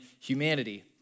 humanity